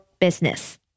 business